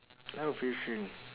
no fishing